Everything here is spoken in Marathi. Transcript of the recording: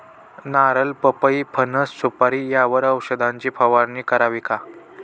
नारळ, पपई, फणस, सुपारी यावर औषधाची फवारणी करावी का?